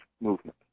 movement